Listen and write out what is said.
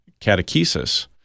catechesis